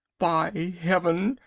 by heaven!